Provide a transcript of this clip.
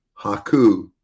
Haku